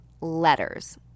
letters